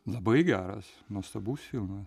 labai geras nuostabus filmas